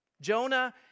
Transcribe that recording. Jonah